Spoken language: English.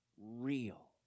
real